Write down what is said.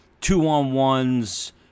two-on-ones